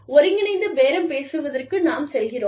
ஒருங்கிணைந்த பேரம் பேசுவதற்கு நாம் செல்கிறோம்